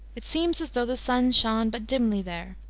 it seems as though the sun shone but dimly there,